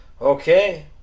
Okay